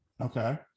Okay